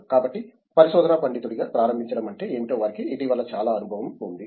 కాబట్టి పరిశోధనా పండితుడిగా ప్రారంభించడం అంటే ఏమిటో వారికి ఇటీవల చాలా అనుభవం ఉంది